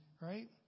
right